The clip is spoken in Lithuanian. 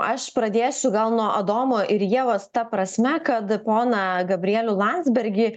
aš pradėsiu gal nuo adomo ir ievos ta prasme kad poną gabrielių landsbergį